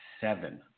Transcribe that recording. seven